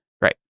Right